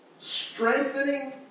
strengthening